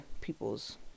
people's